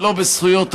לא בזכויות אדם,